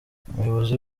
umuyobozi